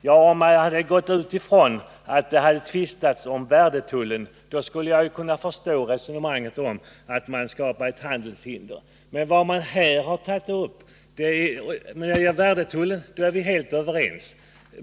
Ja, om man hade gått ut ifrån att vi hade tvistat om värdetullen, skulle jag ha kunnat förstå resonemanget om att man skapar handelshinder. Men när det gäller värdetullen är vi helt överens.